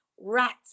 rats